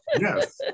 yes